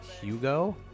Hugo